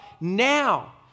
now